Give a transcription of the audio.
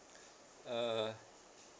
uh